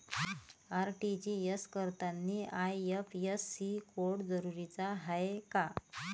RTGS करतांनी IFSC code जरुरीचा हाय का?